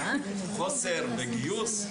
של חוסר בגיוס,